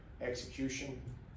execution